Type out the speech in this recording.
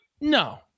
no